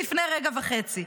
לפני רגע וחצי.